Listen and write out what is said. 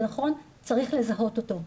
זה נכון, צריך לזהות אותו.